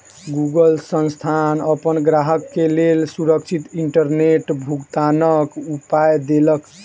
Google संस्थान अपन ग्राहक के लेल सुरक्षित इंटरनेट भुगतनाक उपाय देलक